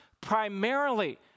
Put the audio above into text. primarily